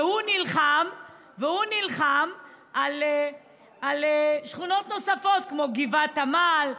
והוא נלחם על שכונות נוספות כמו גבעת עמל,